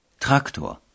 Traktor